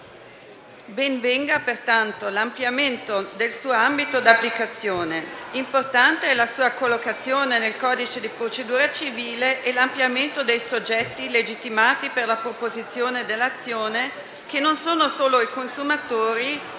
Ben venga, pertanto, l'ampliamento del suo ambito di applicazione. Sono importanti la sua collocazione nel codice di procedura civile e l'ampliamento dei soggetti legittimati per la proposizione dell'azione, che sono non solo i consumatori,